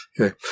Okay